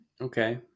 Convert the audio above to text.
Okay